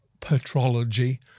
petrology